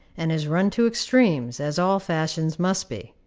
and is run to extremes, as all fashions must be.